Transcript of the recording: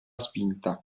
spinta